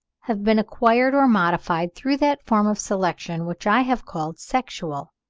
have been acquired or modified through that form of selection which i have called sexual.